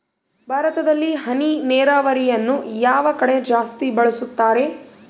ಭಾರತದಲ್ಲಿ ಹನಿ ನೇರಾವರಿಯನ್ನು ಯಾವ ಕಡೆ ಜಾಸ್ತಿ ಬಳಸುತ್ತಾರೆ?